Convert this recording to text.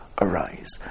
arise